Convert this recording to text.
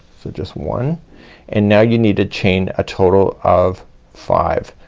so just one and now you need to chain a total of five.